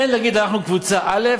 אין להגיד: אנחנו קבוצה א',